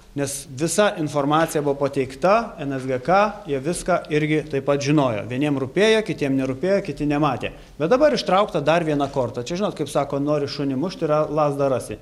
nes visa informacija buvo pateikta nsgk jie viską irgi taip pat žinojo vieniem rūpėjo kitiem nerūpėjo kiti nematė bet dabar ištraukta dar viena korta čia žinot kaip sako nori šunį mušti yra lazdą rasi